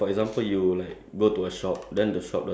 ya so you can withdraw money like any time